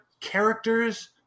characters